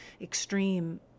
extreme